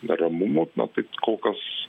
neramumų na taip kol kas